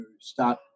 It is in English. start